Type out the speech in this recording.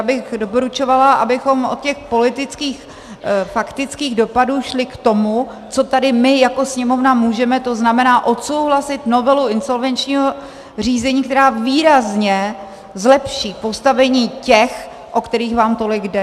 Čili já bych doporučovala, abychom od těch politických, faktických dopadů šli k tomu, co tady my jako Sněmovna můžeme, to znamená odsouhlasit novelu insolvenčního řízení, která výrazně zlepší postavení těch, o které vám tolik jde.